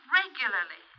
regularly